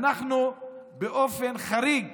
אז אנחנו באופן חריג